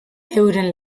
euren